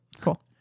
Cool